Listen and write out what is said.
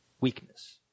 weakness